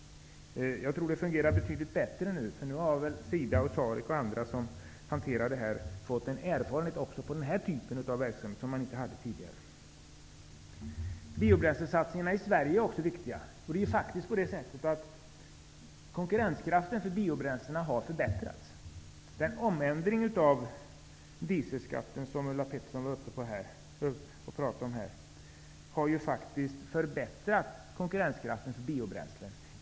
Jag tror att det fungerar betydligt bättre nu, därför att nu har SIDA, SAREK och andra som hanterar detta fått en erfarenhet också av den här typen av verksamhet, vilket man inte hade tidigare. Biobränslesatsningarna i Sverige är också viktiga. Konkurrenskraften för biobränslena har faktiskt förbättrats. Den ändring av dieselskatten som Ulla Pettersson tog upp har ju faktiskt förbättrat konkurrensen för biobränslen.